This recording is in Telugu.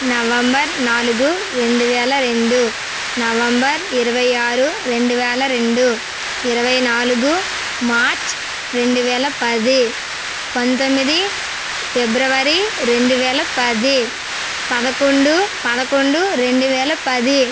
నవంబర్ నాలుగు రెండు వేల రెండు నవంబర్ ఇరవై ఆరు రెండు వేల రెండు ఇరవై నాలుగు మార్చి రెండు వేల పది పంతొమ్మిది ఫిబ్రవరి రెండు వేల పది పదకొండు పదకొండు రెండు వేల పది